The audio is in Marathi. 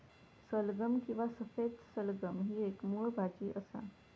सलगम किंवा सफेद सलगम ही एक मुळ भाजी असा